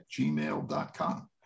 gmail.com